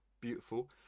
beautiful